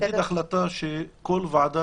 נניח החלטה לגבי כל ועדת